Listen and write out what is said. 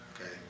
Okay